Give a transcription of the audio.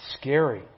scary